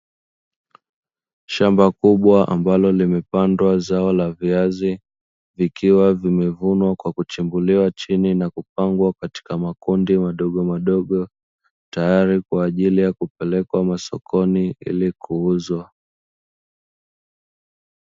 Shamba kubwa ambalo limepandwa zao la viazi, vikiwa vimevunwa kwa kuchimbuliwa chini na kupangwa katika makundi madogomadogo, tayari kwa ajili ya kupelekwa masokoni ili kuuzwa.